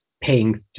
paying